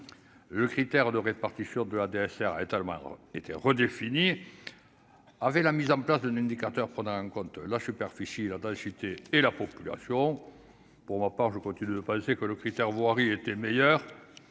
le critère de répartition d'EADS et as le Maroc était redéfini avec la mise en place d'une une dictateur prenant en compte la superficie la densité et la population, pour ma part je crois tu ne veux penser que le critère voirie était le meilleur